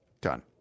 Done